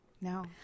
No